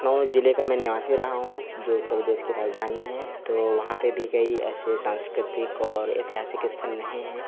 लखनऊ जिले का मैं निवासी रहा हूँ जो उत्तर प्रदेश की राजधानी है तो वहां पे भी कई ऐसे सांस्कृतिक और ऐतिहासिक स्थल नहीं हैं